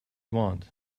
want